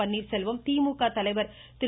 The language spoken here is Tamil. பன்னீர்செல்வம் திமுக தலைவர் திரு